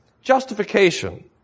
justification